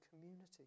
community